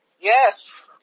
Yes